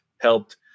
helped